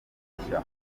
udushya